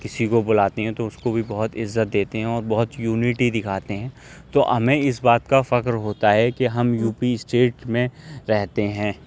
کسی کو بلاتے ہیں تو اُس کو بھی بہت عزت دیتے ہیں اور بہت یونیٹی دکھاتے ہیں تو ہمیں اِس بات کا فخر ہوتا ہے کہ ہم یو پی اسٹیٹ میں رہتے ہیں